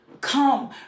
come